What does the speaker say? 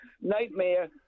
nightmare